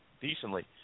decently